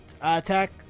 attack